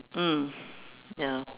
mm ya